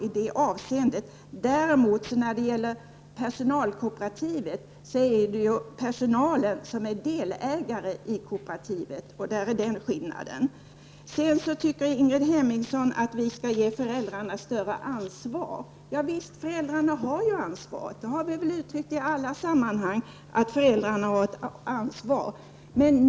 I personalkooperativ däremot är det personalen som är delägare. Det är skillnaden. Ingrid Hemmingsson tycker att vi skall ge föräldrarna större ansvar. Javisst, föräldrarna har ju ansvaret. Det har vi uttryckt i alla sammanhang.